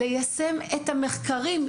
ליישם את המחקרים,